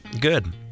good